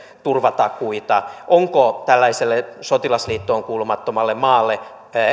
turvatakuita onko tällaiselle sotilasliittoon kuulumattomalle maalle